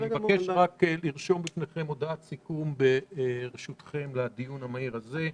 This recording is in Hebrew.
אני מבקש לרשום בפניכם הודעת סיכום לנאום המהיר הזה.